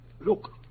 Look